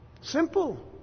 Simple